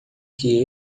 que